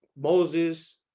Moses